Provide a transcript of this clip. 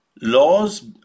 laws